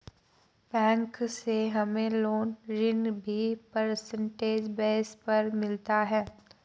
bank से हमे loan ऋण भी परसेंटेज बेस पर मिलता है